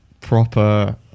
proper